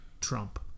trump